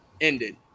ended